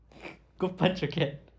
go punch your cat